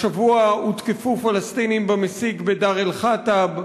השבוע הותקפו פלסטינים במסיק בדיר-אל-חטב,